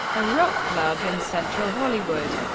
a rock club in central hollywood.